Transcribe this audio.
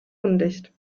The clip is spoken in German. undicht